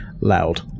loud